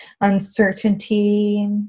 uncertainty